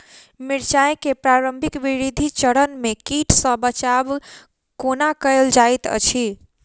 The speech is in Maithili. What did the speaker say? मिर्चाय केँ प्रारंभिक वृद्धि चरण मे कीट सँ बचाब कोना कैल जाइत अछि?